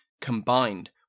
combined